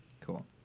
Cool